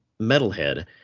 Metalhead